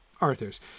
Arthur's